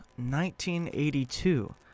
1982